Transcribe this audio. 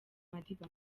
madiba